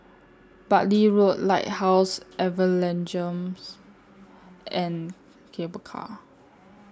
Bartley Road Lighthouse Evangelism and Cable Car